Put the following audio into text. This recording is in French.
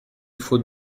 faut